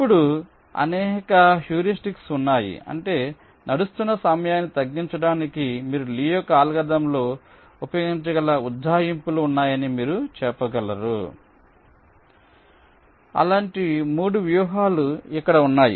ఇప్పుడు అనేక హ్యూరిస్టిక్స్ ఉన్నాయి అంటే నడుస్తున్న సమయాన్ని తగ్గించడానికి మీరు లీ యొక్క అల్గోరిథంలో ఉపయోగించగల ఉజ్జాయింపులు ఉన్నాయని మీరు చెప్పగలరు అలాంటి 3 వ్యూహాలు ఇక్కడ ఉన్నాయి